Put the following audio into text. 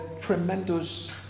tremendous